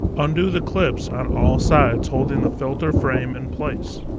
undo the clips on all sides, holding the filter frame in place.